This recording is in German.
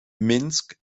minsk